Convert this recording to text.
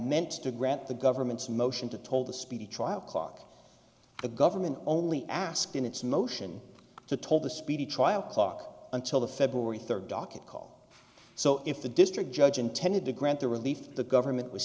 meant to grant the government's motion to told the speedy trial clock the government only asked in its motion to told the speedy trial clock until the february third docket call so if the district judge intended to grant the relief the government was